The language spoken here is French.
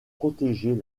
protéger